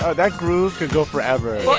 ah that groove could go forever